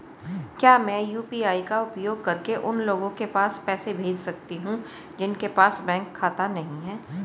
क्या मैं यू.पी.आई का उपयोग करके उन लोगों के पास पैसे भेज सकती हूँ जिनके पास बैंक खाता नहीं है?